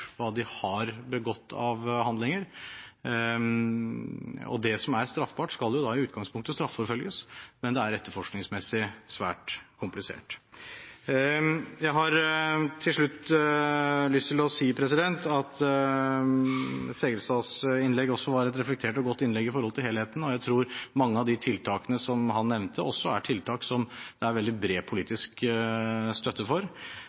hva de har begått av handlinger. Det som er straffbart, skal i utgangspunktet straffeforfølges, men det er etterforskningsmessig svært komplisert. Jeg har til slutt lyst til å si at Serigstad Valens innlegg også var et reflektert og godt innlegg i forhold til helheten. Jeg tror mange av de tiltakene som han nevnte, også er tiltak som det er veldig bred politisk støtte for.